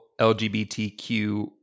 LGBTQ